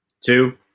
two